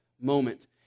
moment